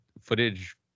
footage